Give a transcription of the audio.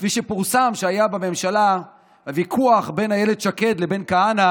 כפי שפורסם שהיה בממשלה הוויכוח בין אילת שקד לבין כהנא